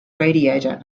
radiator